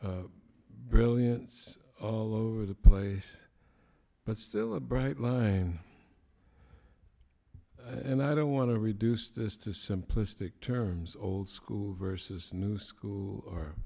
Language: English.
the brilliance of over the place but still a bright line and i don't want to reduce this to simplistic terms old school versus new school or